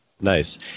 Nice